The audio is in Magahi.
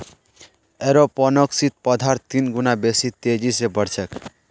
एरोपोनिक्सत पौधार तीन गुना बेसी तेजी स बढ़ छेक